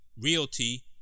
Realty